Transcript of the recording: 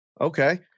Okay